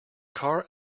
car